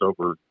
over